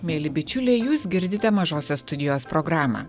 mieli bičiuliai jūs girdite mažosios studijos programą